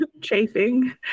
Chafing